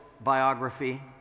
biography